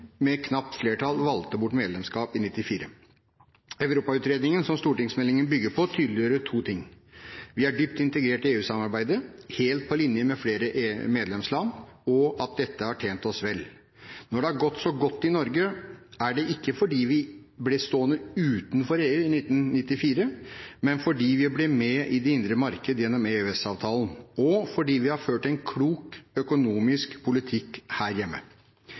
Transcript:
som stortingsmeldingen bygger på, tydeliggjorde to ting: Vi er dypt integrert i EU-samarbeidet, helt på linje med flere medlemsland, og dette har tjent oss vel. Når det har gått så godt i Norge, er det ikke fordi vi ble stående utenfor EU i 1994, men fordi vi ble med i det indre marked gjennom EØS-avtalen, og fordi vi har ført en klok økonomisk politikk her hjemme.